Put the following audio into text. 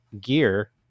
gear